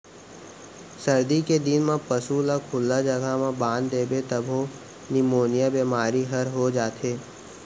सरदी के दिन म पसू ल खुल्ला जघा म बांध देबे तभो निमोनिया बेमारी हर हो जाथे